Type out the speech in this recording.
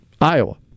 Iowa